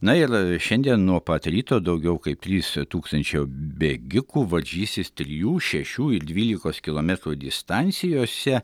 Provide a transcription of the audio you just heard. na ir šiandien nuo pat ryto daugiau kaip trys tūkstančiai bėgikų varžysis trijų šešių ir dvylikos kilometrų distancijose